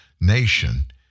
nation